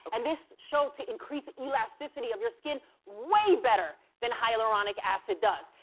and this showed to increase elasticity of your skin way better than hyaluronic acid does.